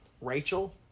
Rachel